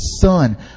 son